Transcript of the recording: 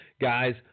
Guys